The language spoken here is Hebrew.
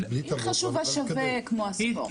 בלי תרבות לא נוכל להתקדם.